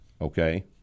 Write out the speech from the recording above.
okay